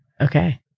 Okay